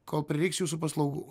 kol prireiks jūsų paslaugų